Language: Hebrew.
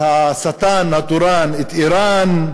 השטן התורן, איראן,